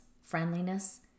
friendliness